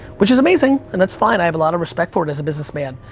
which is amazing, and that's fine, i have a lot of respect for it, as a businessman,